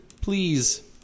please